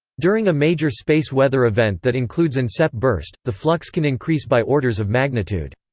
during a major space weather event that includes an sep burst, the flux can increase by orders of magnitude.